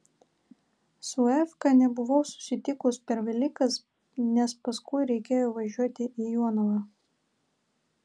su efka nebuvau susitikus per velykas nes paskui reikėjo važiuoti į jonavą